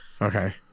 Okay